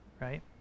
right